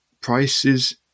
prices